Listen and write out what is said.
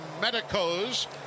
medicos